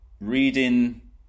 reading